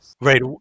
Right